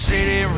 City